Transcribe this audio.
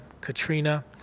Katrina